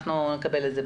אנחנו נקבל את זה.